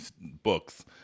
books